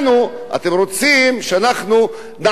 אתם רוצים שאנחנו נעבוד.